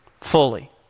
Fully